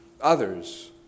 others